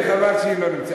שלי, חבל שהיא לא נמצאת.